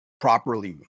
properly